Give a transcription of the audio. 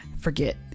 forget